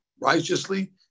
righteously